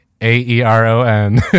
A-E-R-O-N